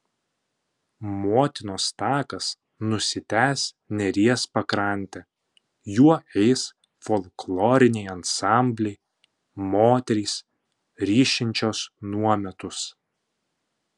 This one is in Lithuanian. motinos takas nusitęs neries pakrante juo eis folkloriniai ansambliai moterys ryšinčios nuometus